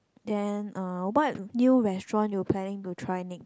then uh what new restaurant you planning to try next